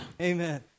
Amen